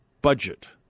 budget